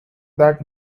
that